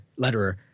letterer